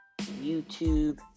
...YouTube